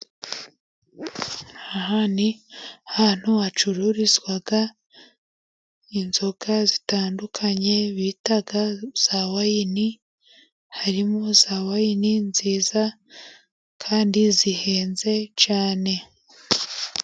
Aha ni ahantu hacururizwa inzoga zitandukanye bita zawayini. Harimo zawayini nziza kandi zihenze cyane.